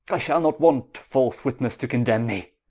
i shall not want false witnesse, to condemne me,